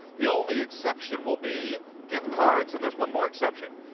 the only exception will be gift card. and there's one more exception.